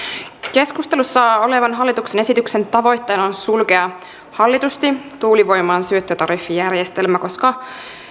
keskustelussa olevan hallituksen esityksen tavoitteena on sulkea hallitusti tuulivoiman syöttötariffijärjestelmä koska